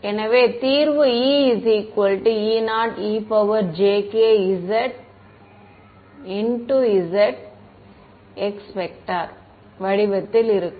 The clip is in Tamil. எனவே தீர்வு EE0ejk zzx வடிவத்தில் இருக்கும்